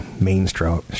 mainstream